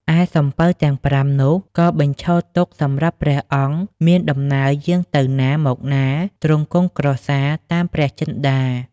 ឯសំពៅទាំង ៥ នោះ ក៏បញ្ឈរទុកសម្រាប់ព្រះអង្គមានដំណើរយាងទៅណាមកណា ទ្រង់គង់ក្រសាលតាមព្រះចិន្តា ។